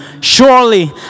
Surely